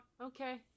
Okay